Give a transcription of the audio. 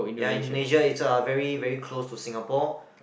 ya Indonesia is a very very close to Singapore